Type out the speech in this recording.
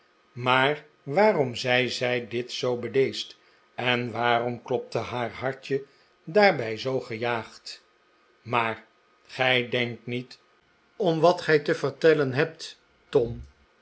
maar waarom zei zij dit zoo bedeesd en waarom klopte haar hartje daarbij zoo gejaagd maar gij denkt niet om wat gij te vertellen hebt tom